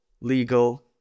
legal